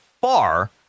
far